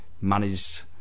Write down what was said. managed